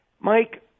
Mike